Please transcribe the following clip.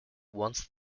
once